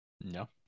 No